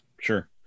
Sure